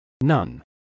none